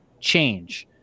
change